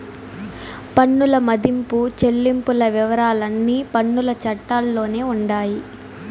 పన్నుల మదింపు చెల్లింపుల వివరాలన్నీ పన్నుల చట్టాల్లోనే ఉండాయి